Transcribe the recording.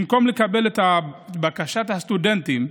במקום לקבל את בקשת הסטודנטים,